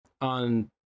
on